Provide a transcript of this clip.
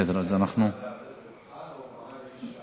רווחה או מעמד האישה?